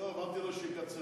לא, אמרתי לו שיקצר.